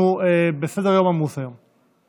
אנחנו בסדר-יום עמוס היום.